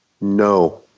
No